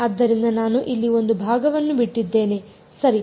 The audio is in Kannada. ಆದ್ದರಿಂದ ನಾನು ಇಲ್ಲಿ ಒಂದು ಭಾಗವನ್ನು ಬಿಟ್ಟಿದ್ದೇನೆ ಸರಿ